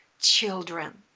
children